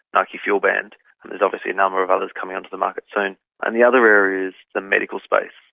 nike fuelband and there's obviously a number of others coming onto the market soon and the other area is the medical space.